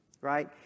right